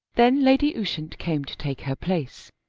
then lady ushant came to take her place,